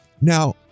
Now